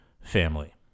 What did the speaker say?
family